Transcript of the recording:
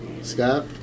Scott